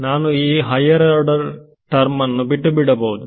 ನಾನು ಈ higher order ತಮ್ಮನ್ನು ಬಿಟ್ಟುಬಿಡಬಹುದು